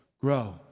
Grow